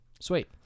sweet